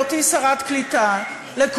בהיותי השרה לקליטת העלייה,